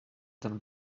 than